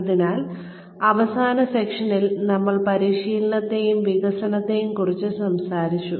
അതിനാൽ അവസാന സെഷനിൽ നമ്മൾ പരിശീലനത്തെയും വികസനത്തെയും കുറിച്ച് സംസാരിച്ചു